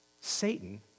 Satan